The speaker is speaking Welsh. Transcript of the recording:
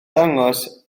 ddangos